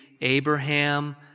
Abraham